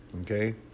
okay